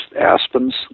aspens